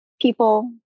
people